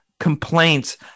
Complaints